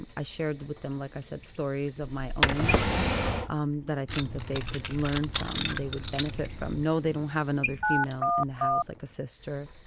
i shared with them, like i said, stories of my own um that i think that they could learn from and they would benefit from. no, they don't have another female in the house like a sister,